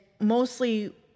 mostly